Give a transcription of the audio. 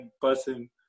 person